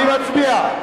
אני מצביע.